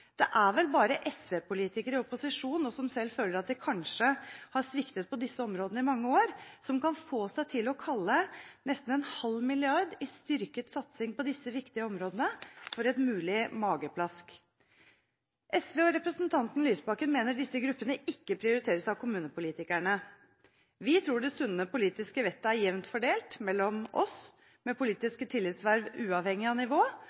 Det er vel bare SV-politikere i opposisjon som selv føler at de kanskje har sviktet på disse områdene i mange år, som kan få seg til å kalle nesten en halv milliard i styrket satsing på disse viktige områdene for et mulig mageplask. SV og representanten Lysbakken mener at disse gruppene ikke prioriteres av kommunepolitikerne. Vi tror det sunne politiske vettet er jevnt fordelt mellom oss med politiske tillitsverv uavhengig av nivå,